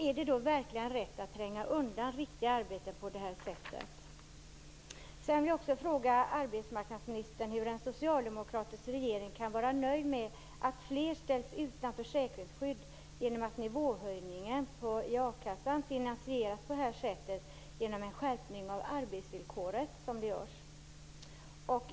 Är det då verkligen rätt att tränga undan riktiga arbeten på det här sättet? Jag vill också fråga arbetsmarknadsministern hur en socialdemokratisk regering kan vara nöjd med att fler ställs utan försäkringsskydd när nivåhöjningen i a-kassan finansieras på det här sättet, genom en skärpning av arbetsvillkoret?